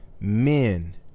men